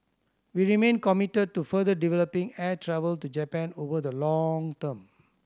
we remain committed to further developing air travel to Japan over the long term